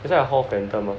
is there a hall phantom